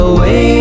Away